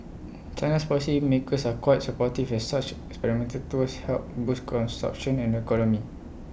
China's policy makers are quite supportive as such experiential tours help boost consumption and the economy